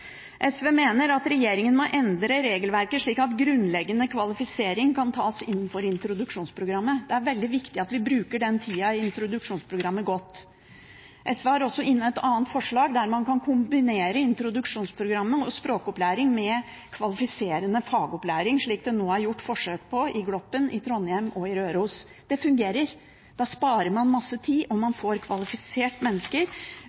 SV mener at regjeringen må endre regelverket slik at grunnleggende kvalifisering kan tas innenfor introduksjonsprogrammet. Det er veldig viktig at vi bruker tida i introduksjonsprogrammet godt. SV har også inne et annet forslag, der man kan kombinere introduksjonsprogrammet og språkopplæring med kvalifiserende fagopplæring, slik det nå er gjort forsøk med i Gloppen, i Trondheim og på Røros. Det fungerer. Da sparer man masse tid, og man får kvalifisert mennesker